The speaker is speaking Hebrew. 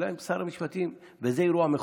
השאלה אם שר המשפטים, וזה אירוע מכונן,